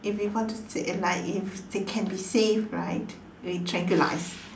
if we how to say like if they can be saved right we tranquilize